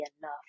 enough